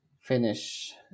finish